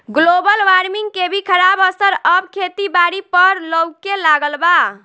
global warming के भी खराब असर अब खेती बारी पर लऊके लगल बा